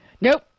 Nope